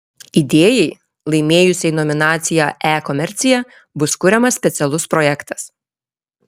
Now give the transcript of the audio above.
idėjai laimėjusiai nominaciją e komercija bus kuriamas specialus projektas